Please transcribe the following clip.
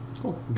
cool